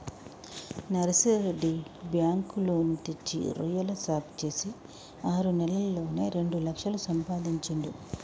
Narsireddy bank loan తెచ్చి రొయ్యల సాగు చేసి ఆరు నెలల్లోనే రెండు లక్షలు సంపాదించిండు